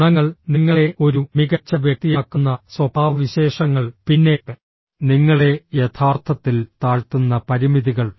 ഗുണങ്ങൾ നിങ്ങളെ ഒരു മികച്ച വ്യക്തിയാക്കുന്ന സ്വഭാവവിശേഷങ്ങൾ പിന്നെ നിങ്ങളെ യഥാർത്ഥത്തിൽ താഴ്ത്തുന്ന പരിമിതികൾ